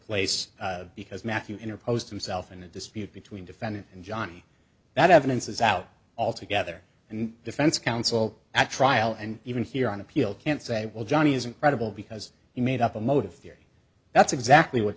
place because matthew interposed himself in a dispute between defendant and johnny that evidence is out altogether and defense counsel at trial and even here on appeal can't say well johnny isn't credible because he made up a motive here that's exactly what